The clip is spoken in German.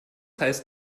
heißt